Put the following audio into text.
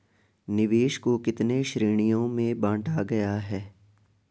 निवेश को कितने श्रेणियों में बांटा गया है?